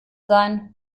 sein